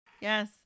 Yes